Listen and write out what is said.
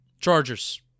Chargers